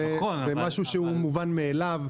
זה משהו מובן מאליו.